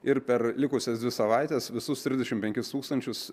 ir per likusias dvi savaites visus trisdešimt penkis tūkstančius